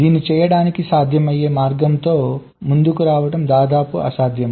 దీన్ని చేయడానికి సాధ్యమయ్యే మార్గంతో ముందుకు రావడం దాదాపు అసాధ్యం